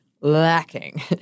lacking